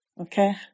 okay